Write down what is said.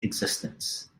existence